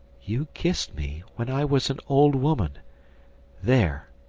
you kissed me when i was an old woman there!